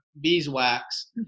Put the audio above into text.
beeswax